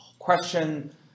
question